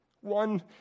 one